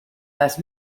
las